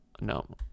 No